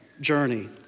journey